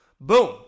boom